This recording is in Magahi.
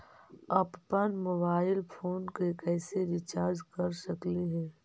अप्पन मोबाईल फोन के कैसे रिचार्ज कर सकली हे?